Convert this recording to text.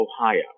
Ohio